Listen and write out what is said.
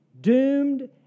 doomed